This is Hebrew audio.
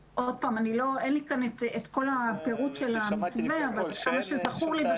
אין לי כאן את כל הפירוט של המתווה אבל עד כמה שזכור לי,